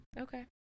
Okay